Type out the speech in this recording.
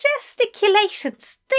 gesticulations